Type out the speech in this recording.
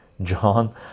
john